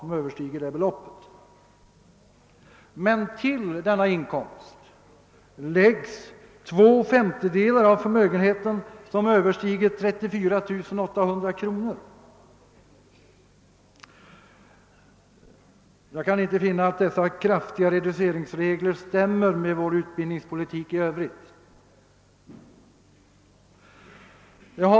Men till denna inkomst läggs två femtedelar av den del av förmögenheten som Ööverstiger 34 800 kronor. Jag kan inte finna att dessa kraftiga reduceringar stämmer med vår utbildningspolitik i övrigt.